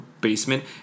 basement